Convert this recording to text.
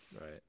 right